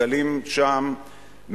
גלים שם,